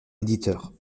éditeur